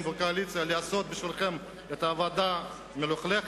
בקואליציה לעשות בשבילכם את העבודה המלוכלכת,